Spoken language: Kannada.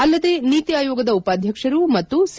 ಅಲ್ಲದೇ ನೀತಿ ಆಯೋಗದ ಉಪಾಧ್ಯಕ್ಷರು ಮತ್ತು ಸಿ